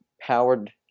powered